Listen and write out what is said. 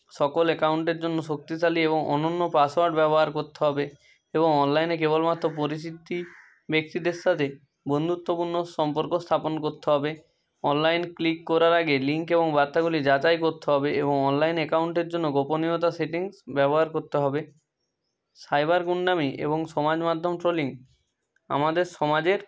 সকল অ্যাকাউন্টের জন্য শক্তিশালী এবং অনন্য পাসওয়ার্ড ব্যবহার করতে হবে এবং অনলাইনে কেবলমাত্র পরিচিত ব্যক্তিদের সাথে বন্ধুত্বপূর্ণ সম্পর্ক স্থাপন করতে হবে অনলাইন ক্লিক করার আগে লিঙ্ক এবং বার্তাগুলি যাচাই করতে হবে এবং অনলাইন অ্যাকাউন্টের জন্য গোপনীয়তা সেটিংস ব্যবহার করতে হবে সাইবার গুন্ডামি এবং সমাজ মাধ্যম ট্রোলিং আমাদের সমাজের